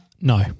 No